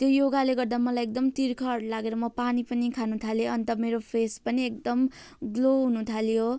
त्यो योगाले गर्दा मलाई एकदम तिर्खाहरू लागेर म पानी पनि खान थालेँ अन्त मेरो फेस पनि एकदम ग्लो हुन थाल्यो